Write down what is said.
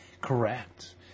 Correct